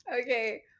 Okay